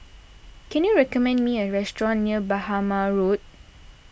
can you recommend me a restaurant near Bhamo Road